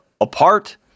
apart